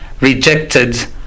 rejected